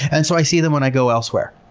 and so i see them when i go elsewhere,